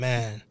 Man